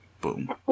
Boom